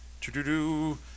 Do-do-do